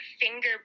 finger